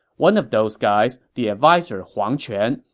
one of those guys, the adviser huang quan,